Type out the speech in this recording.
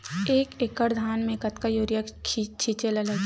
एक एकड़ धान में कतका यूरिया छिंचे ला लगही?